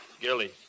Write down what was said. Gilly